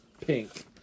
Pink